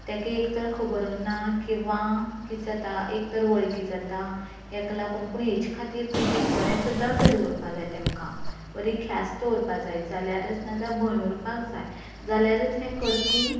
ताका एक तर खबर उरना किंवा कितें जाता एक तर वळकीचो जाता हाका लागून पूण हाजे खातीर तांणी एक बरेंच दंड दवरपाक जाय तेमकां बरी ख्यास्त दवरपाक जाय जाल्यारूच नाजाल्यार भंय उरपाक जाय जाल्यारूच हें करपी